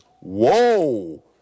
Whoa